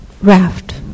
raft